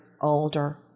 older